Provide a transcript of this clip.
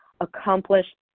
accomplished